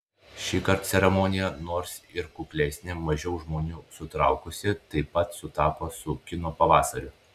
šįkart ceremonija nors ir kuklesnė mažiau žmonių sutraukusi taip pat sutapo su kino pavasariu